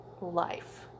life